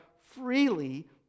freely